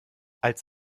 als